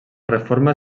reforma